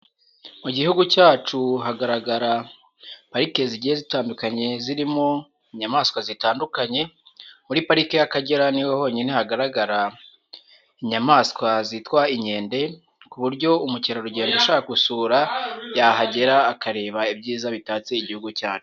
Mu gihugu cyacu hagaragara parike zigiye zitandukanye zirimo inyamaswa zitandukanye. Muri pariki y'Akagera niho honyine hagaragara inyamaswa zitwa inkende ku buryo umukerarugendo ushaka gusura yahagera akareba ibyiza bitatse igihugu cyacu.